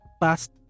past